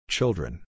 Children